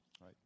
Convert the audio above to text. right